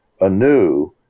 anew